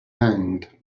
hanged